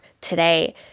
today